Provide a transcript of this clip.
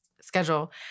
schedule